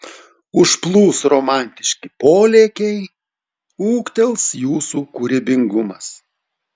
užplūs romantiški polėkiai ūgtels jūsų kūrybingumas